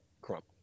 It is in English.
Crump